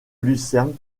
lucerne